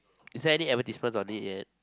is there any advertisement on it yet